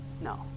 No